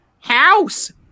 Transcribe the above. House